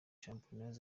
champions